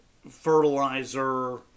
Fertilizer